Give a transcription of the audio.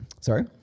Sorry